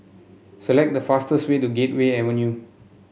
select the fastest way to Gateway Avenue